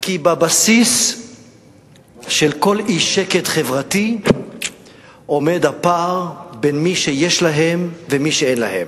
כי בבסיס של כל אי-שקט חברתי עומד הפער בין מי שיש להם ומי שאין להם.